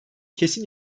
kesin